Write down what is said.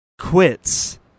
Quits